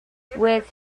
with